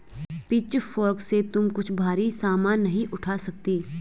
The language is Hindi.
पिचफोर्क से तुम कुछ भारी सामान नहीं उठा सकती